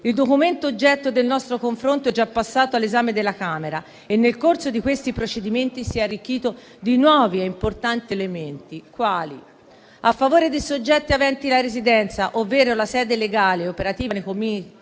Il documento oggetto del nostro confronto è già passato all'esame della Camera dei deputati e nel corso dei procedimenti si è arricchito di nuovi e importanti elementi. Innanzitutto, a favore dei soggetti aventi la residenza ovvero la sede legale operativa nei Comuni